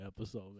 episode